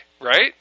right